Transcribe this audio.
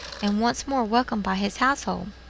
and once more welcomed by his household.